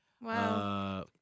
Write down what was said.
wow